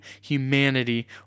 humanity